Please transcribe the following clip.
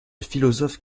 philosophe